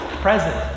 present